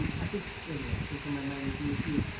um i think here we go. i think so. my might need to meet you,